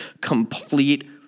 complete